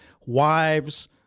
wives